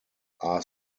are